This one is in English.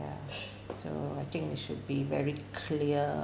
ya so I think you should be very clear